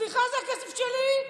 סליחה, זה הכסף שלי,